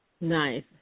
Nice